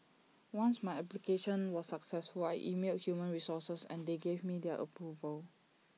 once my application was successful I emailed human resources and they gave me their approval